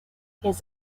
his